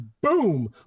boom